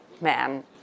man